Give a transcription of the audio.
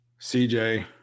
CJ